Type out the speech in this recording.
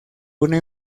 una